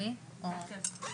(באמצעות מצגת) כן,